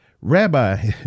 Rabbi